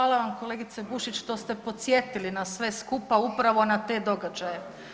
Hvala vam kolegice Bušić što ste podsjetili nas sve skupa upravo na te događaje.